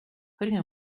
putting